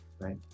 right